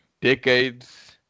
decades